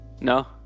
No